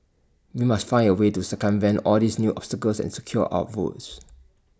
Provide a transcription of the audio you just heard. we must find A way to circumvent all these new obstacles and secure our votes